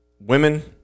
women